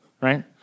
Right